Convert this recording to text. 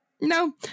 No